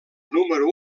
número